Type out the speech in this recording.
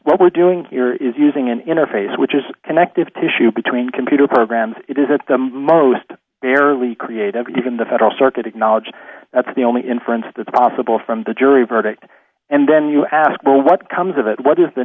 what we're doing here is using an interface which is connective tissue between computer programs it is at the most barely creative even the federal circuit acknowledged that's the only inference that's possible from the jury verdict and then you ask well what comes of it what is the